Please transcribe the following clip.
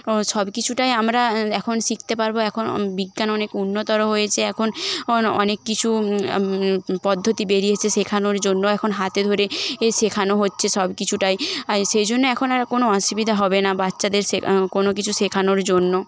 সব কিছুটাই আমরা এখন শিখতে পারব এখন বিজ্ঞান অনেক উন্নতর হয়েছে এখন অনেক কিছু পদ্ধতি বেরিয়েছে শেখানোর জন্য এখন হাতে ধরে শেখানো হচ্ছে সবকিছুটাই সেই জন্য এখন আর কোন অসুবিধা হবে না বাচ্চাদের শেখা কোন কিছু শেখানোর জন্য